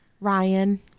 Ryan